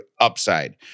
Upside